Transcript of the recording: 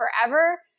forever